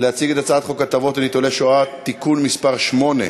להציג את הצעת חוק הטבות לניצולי שואה (תיקון מס' 8)